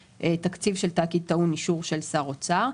שתקציב של תאגיד טעון אישור של שר אוצר,